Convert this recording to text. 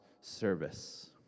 service